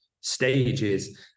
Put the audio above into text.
stages